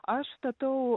aš statau